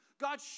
God